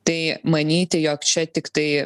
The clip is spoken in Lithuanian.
tai manyti jog čia tiktai